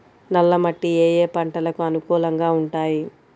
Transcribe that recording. నల్ల మట్టి ఏ ఏ పంటలకు అనుకూలంగా ఉంటాయి?